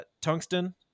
tungsten